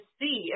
see